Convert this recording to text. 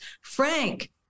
Frank